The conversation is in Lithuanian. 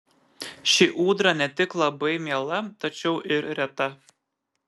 ši ūdra ne tik labai miela tačiau ir reta